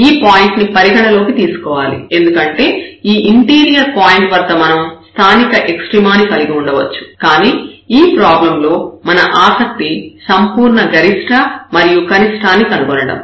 కాబట్టి మనం ఈ పాయింట్ ను పరిగణలోకి తీసుకోవాలి ఎందుకంటే ఈ ఇంటీరియర్ పాయింట్ వద్ద మనం స్థానిక ఎక్స్ట్రీమ ను కలిగి ఉండవచ్చు కానీ ఈ ప్రాబ్లం లో మన ఆసక్తి సంపూర్ణ గరిష్ట మరియు కనిష్ఠాన్ని కనుగొనడం